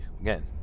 again